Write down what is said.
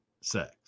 sex